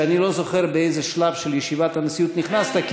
שאני לא זוכר באיזה שלב של ישיבת הנשיאות נכנסת,